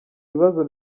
bibazo